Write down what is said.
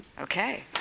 Okay